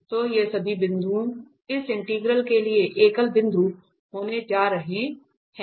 तो ये सभी बिंदु इस इंटीग्रैंट के लिए एकल बिंदु होने जा रहे हैं